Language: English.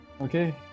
Okay